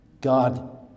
god